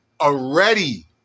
already